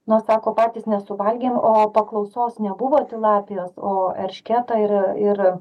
nuo sako patys nesuvalgėm o paklausos nebuvo tilapijos o erškėtą ir ir